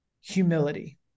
humility